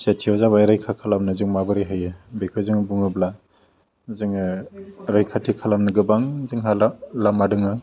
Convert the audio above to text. सेथियाव जाबाय रैखा खालामनो जों माबोरै होयो बेखौ जों बुङोब्ला जोङो रैखाथि खालामनो गोबां जोंहा दा लामा दङ